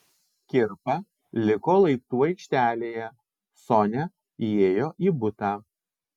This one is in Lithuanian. kirpa liko laiptų aikštelėje sonia įėjo į butą